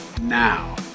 now